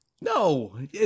No